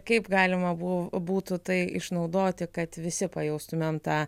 kaip galima bu būtų tai išnaudoti kad visi pajaustumėm tą